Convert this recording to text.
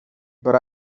but